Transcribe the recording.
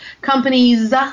companies